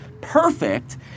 perfect